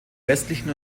westlichen